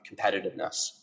competitiveness